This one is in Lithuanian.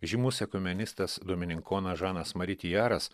žymus ekumenistas domininkonas žanas mari tjeras